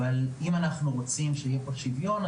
אם אנחנו רוצים שיהיה פה שוויון,